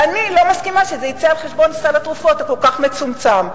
ואני לא מסכימה שזה יצא על-חשבון סל התרופות הכל-כך מצומצם.